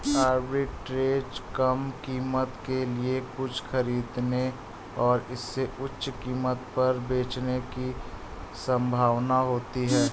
arbitrage कम कीमत के लिए कुछ खरीदने और इसे उच्च कीमत पर बेचने की संभावना होती है